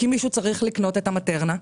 כי מישהו צריך לקנות מטרנה.